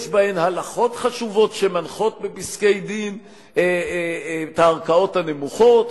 יש בהן הלכות חשובות שמנחות בפסקי-דין את הערכאות הנמוכות,